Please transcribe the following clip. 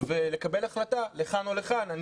ולקבל החלטה לכאן או לכאן.